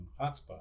hotspot